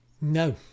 No